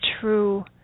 true